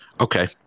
Okay